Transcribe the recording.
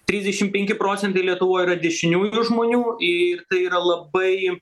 trisdešimt penki procentai lietuvoj dešiniųjų žmonių ir tai yra labai